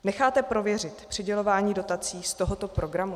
Necháte prověřit přidělování dotací z tohoto programu?